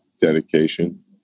dedication